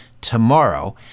tomorrow